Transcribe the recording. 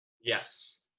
Yes